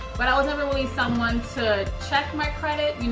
but i was never really someone to check my credit.